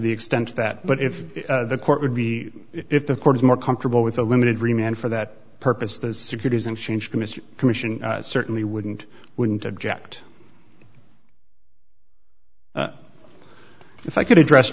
the extent that but if the court would be if the court is more comfortable with a limited remained for that purpose the securities exchange commission commission certainly wouldn't wouldn't object if i could address